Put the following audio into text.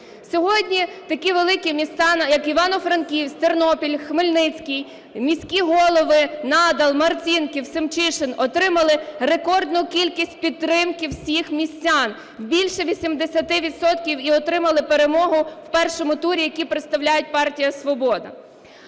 Сьогодні такі великі міста, як Івано-Франківськ, Тернопіль, Хмельницький, міські голови Надал, Марцінків, Симчишин, отримали рекордну кількість підтримки всіх містян - більше 80 відсотків, і отримали перемогу в першому турі, які представляють партію "Свобода".